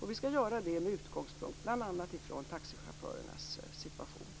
Vi skall göra det med utgångspunkt bl.a. i taxichaufförernas situation.